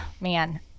man